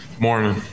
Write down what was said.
morning